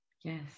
yes